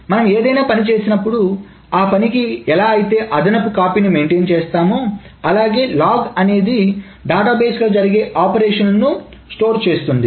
మనం ఏదైనా పని చేసినప్పుడు ఆ పనికి ఎలా అయితే అదనపు కాపీని మెయింటెన్ చేస్తాము అలాగే లాగ్ అనేది డేటాబేస్ లో జరిగే ఆపరేషన్లను స్టోర్ చేస్తుంది